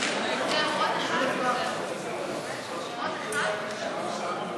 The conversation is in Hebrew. ההצעה להסיר מסדר-היום את הצעת חוק השירותים החשאיים,